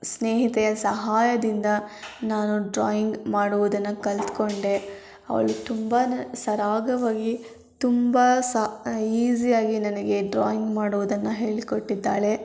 ಸ್ನೇಹಿತೆಯ ಸಹಾಯದಿಂದ ನಾನು ಡ್ರಾಯಿಂಗ್ ಮಾಡುವುದನ್ನು ಕಲ್ತುಕೊಂಡೆ ಅವಳು ತುಂಬ ಸರಾಗವಾಗಿ ತುಂಬ ಸಾ ಈಸಿಯಾಗಿ ನನಗೆ ಡ್ರಾಯಿಂಗ್ ಮಾಡುವುದನ್ನು ಹೇಳಿಕೊಟ್ಟಿದ್ದಾಳೆ